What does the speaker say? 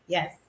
Yes